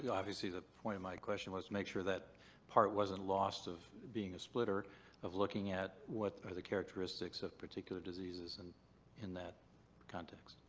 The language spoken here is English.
obviously the point of my question was to make sure that part wasn't lost of being a splitter of looking at, what are the characteristics of particular diseases and in that context?